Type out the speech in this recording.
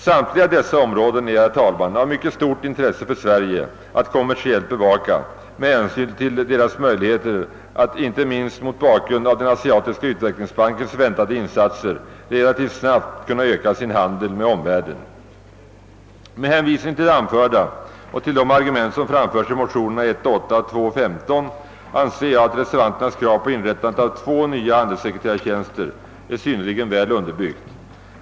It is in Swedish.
Samtliga dessa områden är, herr talman, av mycket stort intresse för Sverige att kommersiellt bevaka med hänsyn till deras möjligheter att, inte minst mot bakgrunden av Asiatiska utvecklingsbankens framtida insatser, relativt snabbt öka sin handel med omvärlden. Med hänvisning till det anförda och till de argument som framförts i motionerna I1:8 och II:15 finner jag reservanternas krav på inrättande av två nya handelssekreterartjänster vara synnerligen väl underbyggt.